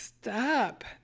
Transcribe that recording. Stop